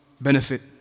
benefit